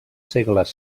segles